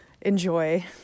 enjoy